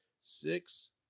six